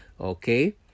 okay